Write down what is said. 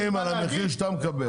מדברים על המחיר שאתה מקבל.